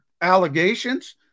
allegations